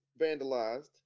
vandalized